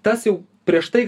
tas jau prieš tai